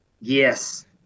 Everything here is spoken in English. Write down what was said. Yes